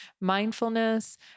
Mindfulness